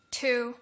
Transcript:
two